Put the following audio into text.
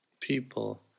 people